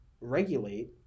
regulate